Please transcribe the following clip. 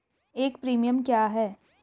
एक प्रीमियम क्या है?